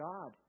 God